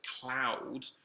cloud